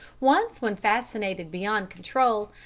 once, when fascinated beyond control,